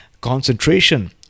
concentration